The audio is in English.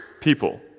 people